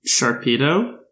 Sharpedo